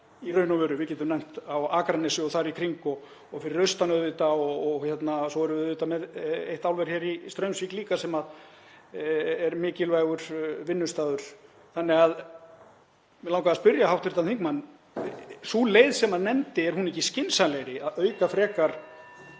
í raun og veru. Við getum nefnt á Akranesi og þar í kring og fyrir austan auðvitað á og svo erum við með eitt álver í Straumsvík líka sem er mikilvægur vinnustaður. Þannig að mig langaði að spyrja hv. þingmann: Sú leið sem hann nefndi, er hún ekki skynsamlegri, (Forseti